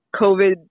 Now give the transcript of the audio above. COVID